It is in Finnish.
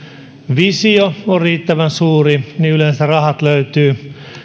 visio on riittävän suuri yleensä rahat löytyvät